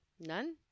None